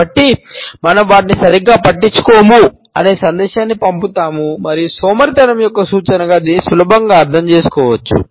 కాబట్టి మనం వాటిని సరిగ్గా పట్టించుకోము అనే సందేశాన్ని పంపుతాము మరియు సోమరితనం యొక్క సూచనగా దీనిని సులభంగా అర్థం చేసుకోవచ్చు